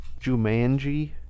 Jumanji